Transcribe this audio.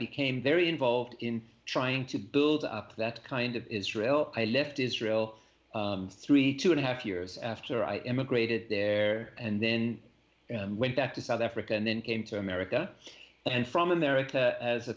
became very involved in trying to build up that kind of israel i left israel thirty two and a half years after i emigrated there and then and went back to south africa and then came to america and from america as a